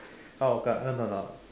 how 感恩 or not